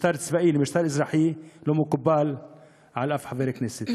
משטר צבאי למשטר אזרחי, לא מקובל על אף חבר כנסת.